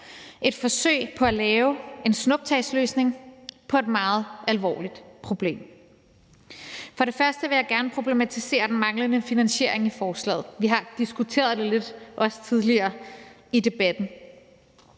et forsøg på at lave en snuptagsløsning på et meget alvorligt problem. For det første vil jeg gerne problematisere den manglende finansiering i forslaget. Vi har diskuteret det lidt, også tidligere i debatten.